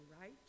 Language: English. right